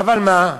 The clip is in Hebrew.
אבל מה?